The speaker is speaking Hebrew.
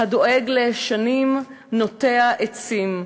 הדואג לשנים, נוטע עצים,